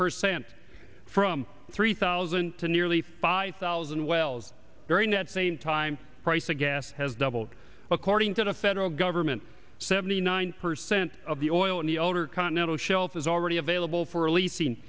percent from three thousand to nearly five thousand wells during that same time price of gas has doubled according to the federal government seventy nine percent of the oil in the older continental shelf is already available for leasing